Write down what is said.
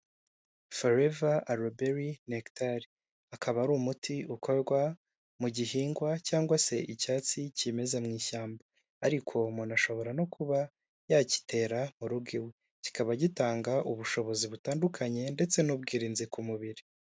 Foreva Aruberi Nekitari akaba ari umuti ukorwa mu gihingwa cyangwa se icyatsi kimeza mu ishyamba, ariko umuntu ashobora no kuba yakitera mu rugo iwe, kikaba gitanga ubushobozi butandukanye ndetse n'ubwirinzi ku mubiri.